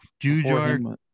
jujar